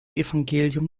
evangelium